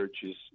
churches